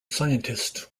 scientist